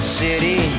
city